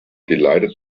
delighted